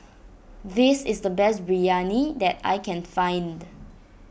this is the best Biryani that I can find